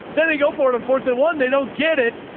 then they go for an unfortunate one. they don't get it.